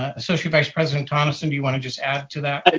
associate vice president tonneson, do you want to just add to that?